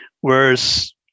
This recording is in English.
Whereas